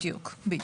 בדיוק.